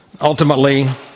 ultimately